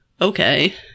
Okay